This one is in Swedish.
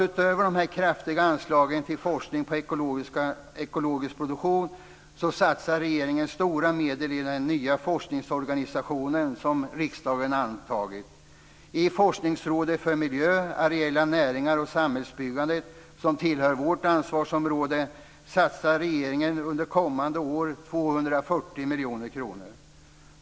Utöver de kraftiga anslagen till forskning på ekologisk produktion satsar regeringen stora medel i den nya forskningsorganisationen som riksdagen har antagit. I Forskningsrådet för miljö, areella näringar och samhällsbyggande, som tillhör vårt ansvarsområde, satsar regeringen under kommande år 240 miljoner kronor.